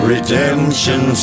Redemption